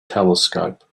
telescope